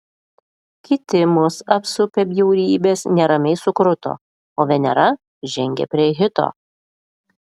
kiti mus apsupę bjaurybės neramiai sukruto o venera žengė prie hito